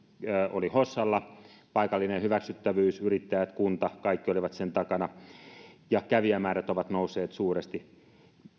oli hossalla paikallinen hyväksyttävyys yrittäjät kunta kaikki olivat sen takana ja kävijämäärät ovat nousseet suuresti